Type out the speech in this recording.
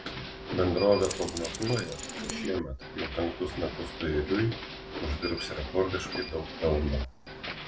bendrovė prognozuoja kad šiemet jau penktus metus paeiliui uždirbs rekordiškai daug pelno